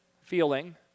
feeling